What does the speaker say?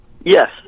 Yes